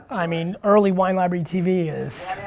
i mean, early wine library tv is.